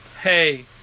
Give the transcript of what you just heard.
Hey